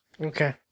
Okay